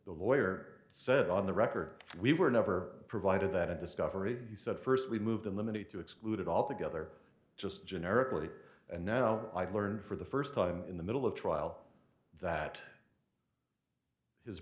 the lawyer said on the record we were never provided that a discovery he said first we moved in limited to exclude it altogether just generically and now i've learned for the first time in the middle of trial that his